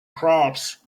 crops